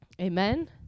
Amen